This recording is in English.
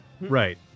Right